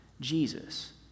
Jesus